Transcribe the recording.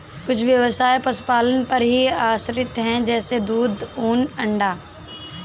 कुछ ब्यवसाय पशुपालन पर ही आश्रित है जैसे दूध, ऊन, अंडा